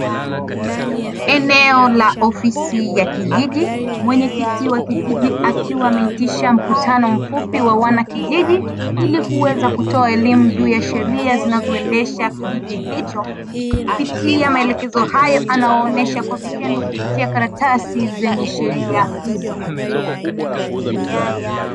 Eneo la ofisi ya kijiji, mwenyekiti wa kijiji akiwa ameitisha mkutano mfupi wa wanakijiji ili kuweza kutoa elimu juu ya sheria zinazoendesha kijiji hicho kupitia maelekezo hayo, anaonyesha kwa vitendo kupitia karatasi zinazoonyesha sheria hizo.